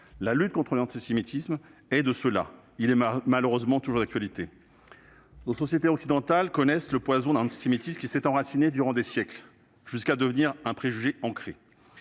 La lutte contre l'antisémitisme est un de ces combats, malheureusement toujours d'actualité. Nos sociétés occidentales connaissent le poison d'un antisémitisme qui s'y est enraciné durant des siècles, jusqu'à devenir un préjugé ancré.